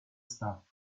stop